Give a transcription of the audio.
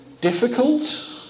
difficult